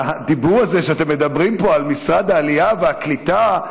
הדיבור הזה שאתם מדברים פה על משרד העלייה והקליטה,